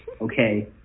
Okay